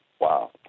Wow